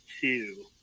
two